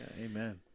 Amen